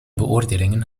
beoordelingen